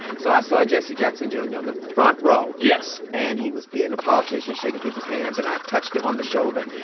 so i saw jesse jackson jr. and on the front row yes and he was being a politician, shaking people's hands. and i touched him on the shoulder.